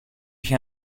έχει